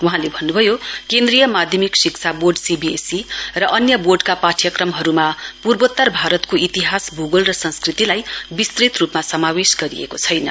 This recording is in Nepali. वहाँले भन्नुभयो केन्द्रीय माध्यमिक शिक्षा बोर्डसीबीएसई र अन्य बोर्डका पाठ्यक्रमहरुमा पूर्वोत्तर भारतको इतिहासभूगोल र संस्कृतिलाई विस्तृत रुपमा समावेश गरिएको छैन